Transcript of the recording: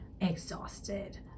exhausted